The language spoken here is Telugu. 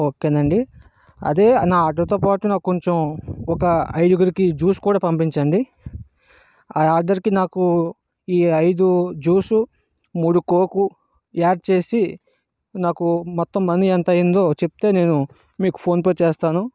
ఓకే అం అదే నా ఆర్డర్తో పాటు నాకు కొంచెం ఒక ఐదుగురికి జ్యూస్ కూడా పంపించండి ఆ ఆర్డర్కి నాకు ఈ ఐదు జ్యూస్ మూడు కోకు యాడ్ చేసి నాకు మొత్తం మనీ ఎంత అయిందో చెప్తే నేను మీకు ఫోన్పే చేస్తాను